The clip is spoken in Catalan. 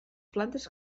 plantes